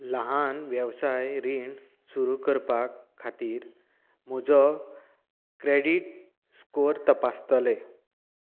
ल्हान वेवसाय रीण सुरू करपा खातीर म्हजो क्रॅडीट स्कोर तपासतले